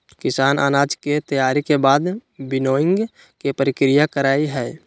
किसान अनाज के तैयारी के बाद विनोइंग के प्रक्रिया करई हई